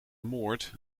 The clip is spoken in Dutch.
moord